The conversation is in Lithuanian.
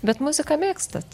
bet muziką mėgstat